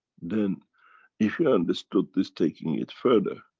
then if you understood this taking it further,